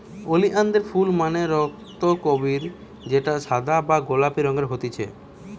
ওলিয়ানদের ফুল মানে রক্তকরবী যেটা সাদা বা গোলাপি রঙের হতিছে